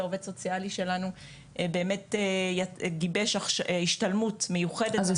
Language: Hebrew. העובד הסוציאלי שלנו באמת גיבש השתלמות מיוחדת בנושא הזה.